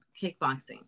kickboxing